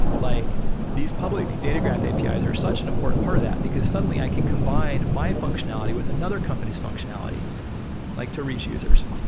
like these public data graph apis are such an important part of that because suddenly i can combine my functionality with another company's functionality like to reach users.